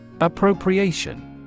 Appropriation